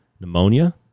pneumonia